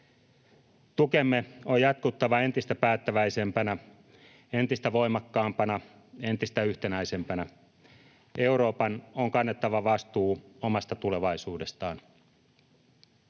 Tukemme on jatkuttava entistä päättäväisempänä, entistä voimakkaampana, entistä yhtenäisempänä. Euroopan on kannettava vastuu omasta tulevaisuudestaan.